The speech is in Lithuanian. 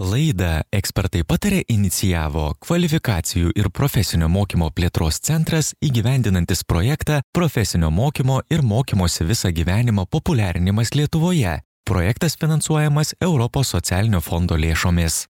laidą ekspertai pataria inicijavo kvalifikacijų ir profesinio mokymo plėtros centras įgyvendinantis projektą profesinio mokymo ir mokymosi visą gyvenimą populiarinimas lietuvoje projektas finansuojamas europos socialinio fondo lėšomis